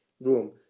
room